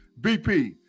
BP